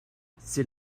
c’est